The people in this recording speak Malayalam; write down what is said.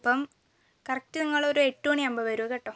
അപ്പം കറക്ട് നിങ്ങളൊരു എട്ടു മണിയാകുമ്പോൾ വരൂ കേട്ടോ